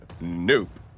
nope